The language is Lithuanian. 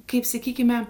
kaip sakykime